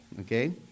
okay